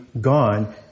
gone